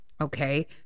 Okay